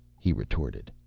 he retorted.